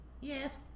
Yes